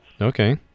Okay